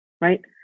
Right